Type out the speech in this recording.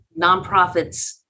Nonprofits